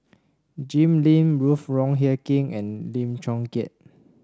Jim Lim Ruth Wong Hie King and Lim Chong Keat